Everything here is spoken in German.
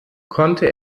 konnte